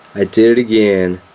ah did it again.